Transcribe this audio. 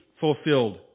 fulfilled